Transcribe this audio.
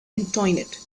antoinette